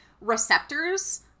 receptors